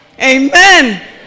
Amen